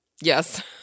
Yes